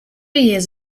years